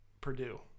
Purdue